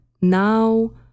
now